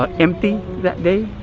ah empty that day.